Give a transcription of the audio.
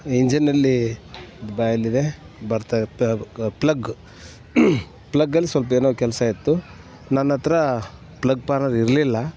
ಇಂಜಿನ್ನಲ್ಲಿ ಬಾಯಲ್ಲಿದೆ ಬರ್ತಾ ಪ್ಲಗ್ ಪ್ಲಗ್ಗಲ್ಲಿ ಸ್ವಲ್ಪ ಏನೋ ಕೆಲಸ ಇತ್ತು ನನ್ನತ್ತಿರ ಪ್ಲಗ್ ಪಾನರ್ ಇರಲಿಲ್ಲ